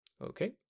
Okay